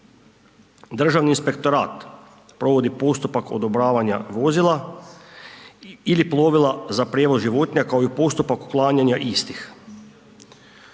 Državni inspektorat provodi postupak odobravanja vozila ili plovila za prijevoz životinja, kao i u postupak uklanjanja istih.